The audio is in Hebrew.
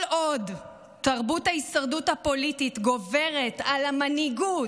כל עוד תרבות ההישרדות הפוליטית גוברת על המנהיגות,